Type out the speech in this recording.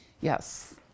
Yes